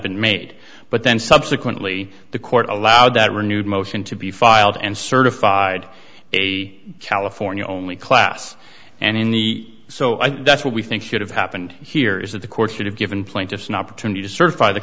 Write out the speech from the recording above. been made but then subsequently the court allowed that renewed motion to be filed and certified a california only class and in the so i think that's what we think should have happened here is that the court should have given plaintiffs an opportunity to certify the